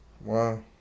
wow